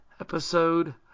episode